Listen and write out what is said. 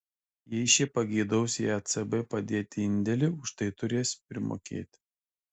jei šie pageidaus į ecb padėti indėlį už tai turės primokėti